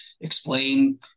explain